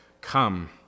Come